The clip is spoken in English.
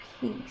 peace